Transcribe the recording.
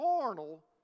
carnal